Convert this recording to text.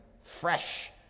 fresh